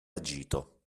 agito